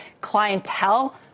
clientele